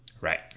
right